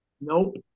Nope